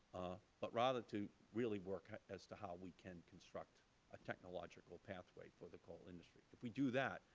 but, rather, to really work as to how we can construct a technological pathway for the coal industry. if we do that,